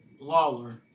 Lawler